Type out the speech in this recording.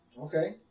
okay